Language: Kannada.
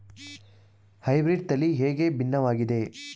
ಹೈಬ್ರೀಡ್ ತಳಿ ಹೇಗೆ ಭಿನ್ನವಾಗಿದೆ?